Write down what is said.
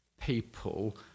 people